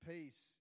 Peace